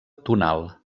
tonal